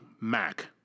Mac